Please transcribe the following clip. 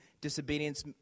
disobedience